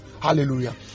Hallelujah